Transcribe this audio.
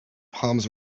palms